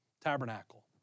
Tabernacle